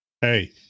Hey